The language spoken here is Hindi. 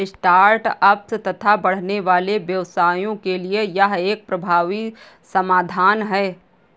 स्टार्ट अप्स तथा बढ़ने वाले व्यवसायों के लिए यह एक प्रभावी समाधान है